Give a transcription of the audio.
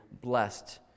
blessed